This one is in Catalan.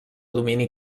domini